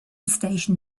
station